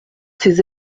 ces